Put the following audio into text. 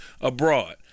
abroad